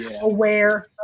aware